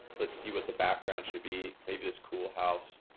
let's see what the background should be maybe this cool house.